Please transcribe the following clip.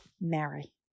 Mary